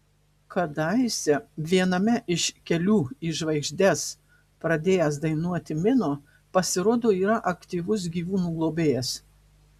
kadaise viename iš kelių į žvaigždes pradėjęs dainuoti mino pasirodo yra aktyvus gyvūnų globėjas